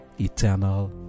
eternal